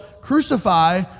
crucify